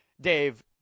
Dave